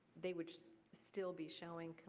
they would still be showing